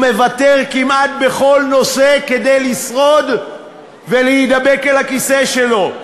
הוא מוותר כמעט בכל נושא כדי לשרוד ולהידבק אל הכיסא שלו.